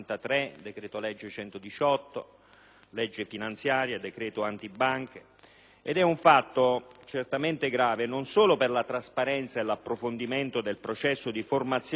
legge finanziaria, decreto antibanche. È un fatto certamente grave non solo per la trasparenza e l'approfondimento del processo di formazione del bilancio dello Stato,